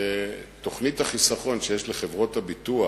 שתוכנית החיסכון שיש לחברות הביטוח,